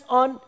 on